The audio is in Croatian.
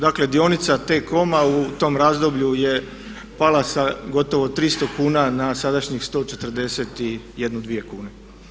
Dakle, dionica T-COM-a u tom razdoblju je pala sa gotovo 300 kn na sadašnjih 141, 142 kune.